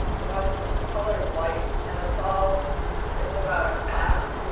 it's about colored lights and it's all it's about a class?